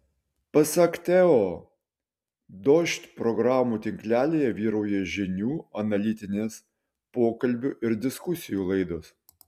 pasak teo dožd programų tinklelyje vyrauja žinių analitinės pokalbių ir diskusijų laidos